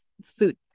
suit